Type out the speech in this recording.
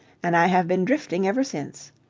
and i have been drifting ever since.